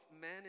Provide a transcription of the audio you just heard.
men